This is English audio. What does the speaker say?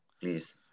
please